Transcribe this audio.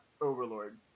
Overlord